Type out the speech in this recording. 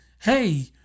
hey